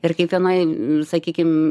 ir kaip vienoj sakykim